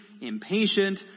impatient